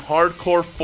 Hardcore